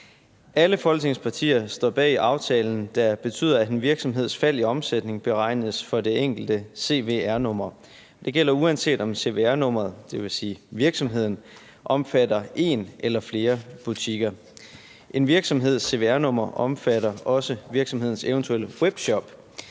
Alle Folketingets partier står bag aftalen, der betyder, at en virksomheds fald i omsætning beregnes for det enkelte cvr-nummer. Det gælder, uanset om cvr-nummeret, dvs. virksomheden, omfatter en eller flere butikker. En virksomheds cvr-nummer omfatter også virksomhedens eventuelle webshop.